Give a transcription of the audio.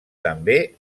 també